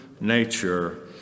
nature